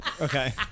Okay